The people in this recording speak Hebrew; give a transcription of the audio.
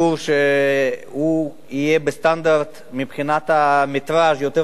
שיהיה בסטנדרט מבחינת המטרז' יותר נמוך,